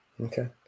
Okay